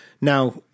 Now